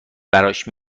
براش